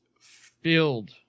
filled